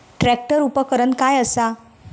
Tractor उपकरण काय असा?